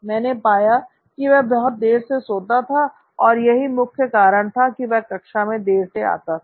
यह पाया गया कि बहुत देर से सोता था और यही मुख्य कारण था कि वह कक्षा में देर से आता था